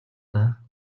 даа